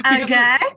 Okay